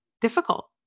difficult